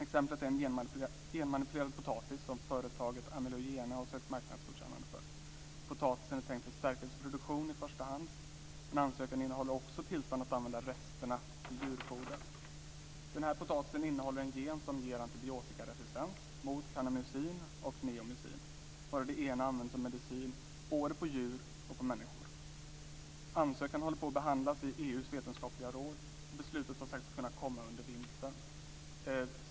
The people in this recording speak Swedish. Exemplet är en genmanipulerad potatis som företaget Amylogene har sökt marknadsgodkännande för. Potatisen är tänkt för stärkelseproduktion i första hand, men ansökan innehåller också tillstånd att använda resterna till djurfoder. Denna potatis innehåller en gen som ger antibiotikaresistens mot kanamycin och neomycin, varav det ena används som medicin för både djur och människor. Ansökan behandlas i EU:s vetenskapliga råd och beslut har sagts kunna komma under vintern.